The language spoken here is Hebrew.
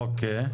אוקיי.